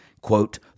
quote